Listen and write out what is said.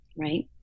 right